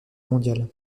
mondial